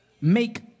make